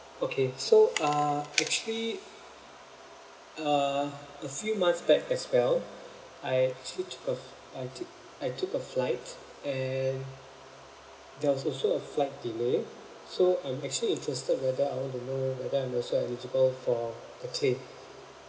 okay so uh actually uh uh a few months back as well I actually took a f~ I take I took a flight and there was also a flight delay so I'm actually interested whether I want to know whether I'm also eligible for the claim